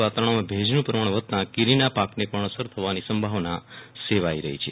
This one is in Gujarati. વાતાવરણમાં ભેજનું પ્રમાણ વધતા કેરીના પાકને પણ અસર થવાની સંભાવના છે